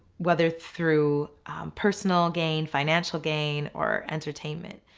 whether through personal gain, financial gain, or entertainment.